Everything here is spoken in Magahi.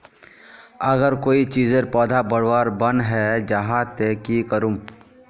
अगर कोई चीजेर पौधा बढ़वार बन है जहा ते की करूम?